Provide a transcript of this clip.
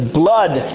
blood